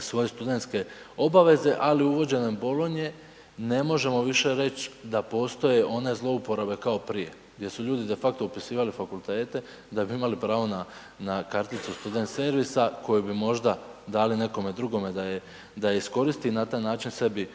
svoje studentske obaveze, ali uvođenjem Bolonje ne možemo više reći da postoje one zlouporabe kao prije gdje su ljudi de facto upisivali fakultete da bi imali pravo na karticu student servisa koju bi možda dali nekome drugome da ju iskoristi i na taj način sebi